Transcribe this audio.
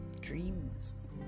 dreams